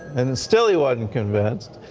and still he wasn't convinced.